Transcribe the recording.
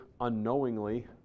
unknowingly